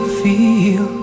feel